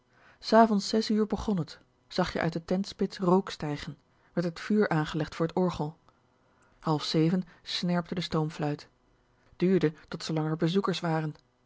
s avonds zes uur begon t zag je uit sen de tentspits rook stijgen werd het vuur aangelegd voor het orgel half zeven snerpte de stoomfluit t duurde tot zoolang r bezoekers waren